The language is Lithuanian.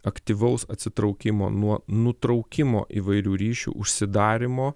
aktyvaus atsitraukimo nuo nutraukimo įvairių ryšių užsidarymo